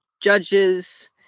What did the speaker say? judges